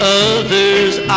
other's